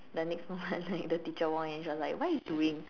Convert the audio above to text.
the next moment like the teacher walk in she was like what you doing